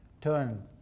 turn